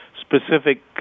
specific